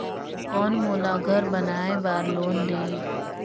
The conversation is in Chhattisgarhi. कौन मोला घर बनाय बार लोन देही?